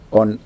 on